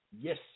Yes